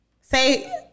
Say